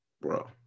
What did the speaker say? Bro